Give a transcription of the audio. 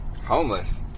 Homeless